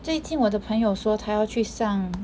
最近我的朋友说她要去上